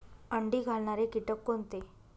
अंडी घालणारे किटक कोणते?